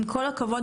עם כל הכבוד,